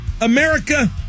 America